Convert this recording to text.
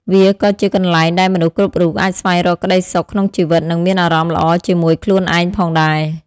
វាក៏ជាកន្លែងដែលមនុស្សគ្រប់រូបអាចស្វែងរកក្តីសុខក្នុងជីវិតនិងមានអារម្មណ៍ល្អជាមួយខ្លួនឯងផងដែរ។